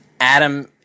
Adam